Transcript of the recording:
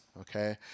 Okay